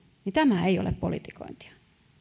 niin tämä ei ole politikointia